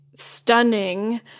stunning